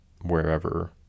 wherever